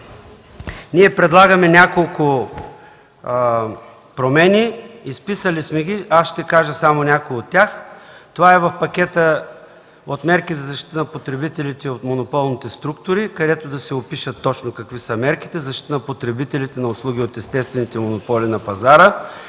предлагаме няколко промени, изписали сме ги, ще кажа само някои от тях. Това е в пакета от мерки за защита на потребителите от монополните структури, където да се опишат точно какви са мерките в защита на потребителите на услуги от обществените монополи на пазара,